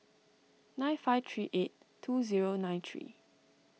nine five three eight two zero nine three